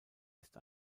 ist